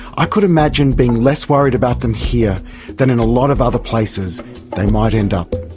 i could imagine being less worried about them here than in a lot of other places they might end up.